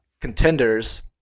contenders